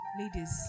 ladies